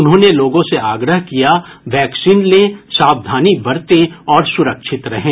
उन्होंने लोगों से आग्रह किया वैक्सीन लें सावधानी बरतें और सुरक्षित रहें